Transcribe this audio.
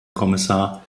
kommissar